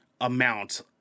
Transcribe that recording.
amount